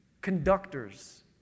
conductors